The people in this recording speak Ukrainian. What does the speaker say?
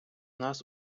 нас